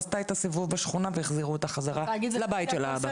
עשתה אתה סיבוב בשכונה והחזירו אותה חזרה לבית של האב,